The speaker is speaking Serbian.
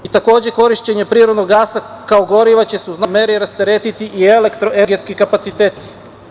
Takođe, korišćenjem prirodnog gasa kao goriva će se u značajnoj meri rasteretiti i elektroenergetski kapaciteti.